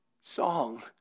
song